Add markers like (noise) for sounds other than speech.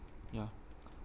ya (noise)